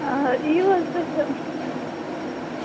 آ یِیِو حظ تُہۍ تہٕ